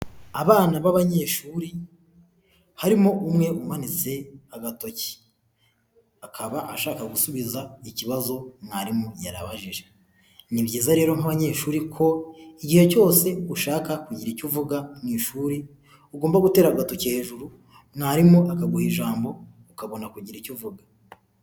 Abana b'abanyeshuri, harimo umwe umanitse agatoki, akaba ashaka gusubiza ikibazo mwarimu yari abajije, ni byiza rero nk'abanyeshuri ko igihe cyose ushaka kugira icyo uvuga mu ishuri, ugomba gutera agatoki hejuru mwarimu akaguha ijambo ukabona kugira icyo uvuga.